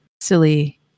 silly